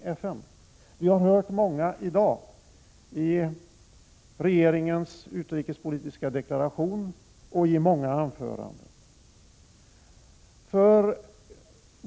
Vi har hört mycket i dag i regeringens utrikespolitiska deklaration och många anföranden.